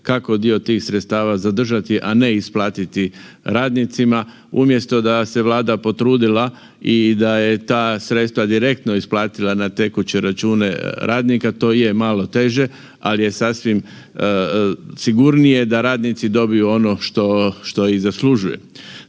kako dio tih sredstava zadržati, a ne isplatiti radnicima. Umjesto da se Vlada potrudila i da je ta sredstva direktno isplatila na tekuće račune radnika, to je malo teže, ali je sasvim sigurnije da radnici dobiju ono što i zaslužuje.